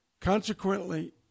consequently